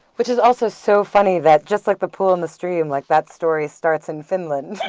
which is also so funny that just like the pool and the stream, like that story starts in finland.